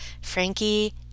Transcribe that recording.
Frankie